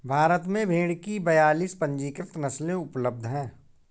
भारत में भेड़ की बयालीस पंजीकृत नस्लें उपलब्ध हैं